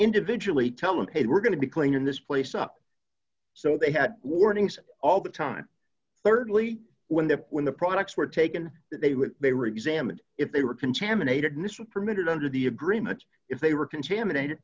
individually tell them hey we're going to be playing in this place up so they had warnings all the time certainly when the when the products were taken that they would they were examined if they were contaminated mr permitted under the agreement if they were contaminated